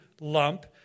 lump